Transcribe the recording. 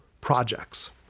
projects